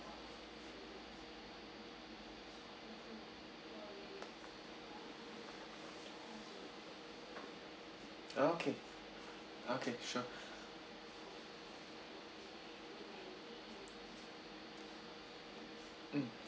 okay okay sure mm